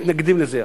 מתנגדים לזה.